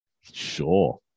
Sure